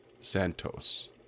Santos